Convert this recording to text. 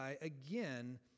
again